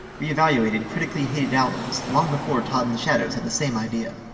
reevaluated critically hated albums long before todd in the shadows had the same idea.